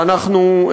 ואנחנו,